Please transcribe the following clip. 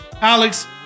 Alex